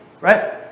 Right